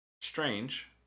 strange